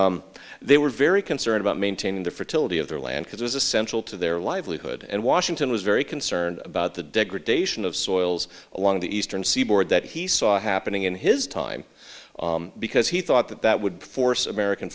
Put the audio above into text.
they were very concerned about maintaining the fertility of their land because it was essential to their livelihood and washington was very concerned about the degradation of soils along the eastern seaboard that he saw happening in his time because he thought that that would force american